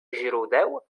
źródeł